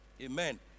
Amen